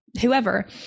whoever